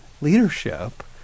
leadership